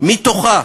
מתוכה